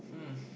hmm